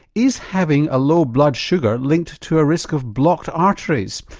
is having a low blood sugar linked to a risk of blocked arteries,